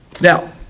Now